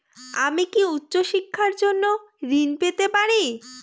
আমি কি উচ্চ শিক্ষার জন্য ঋণ পেতে পারি?